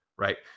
Right